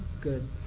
good